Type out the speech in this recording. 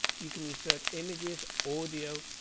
you can insert images, audio,